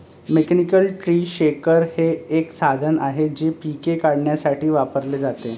mechanical tree shaker हे एक साधन आहे जे पिके काढण्यासाठी वापरले जाते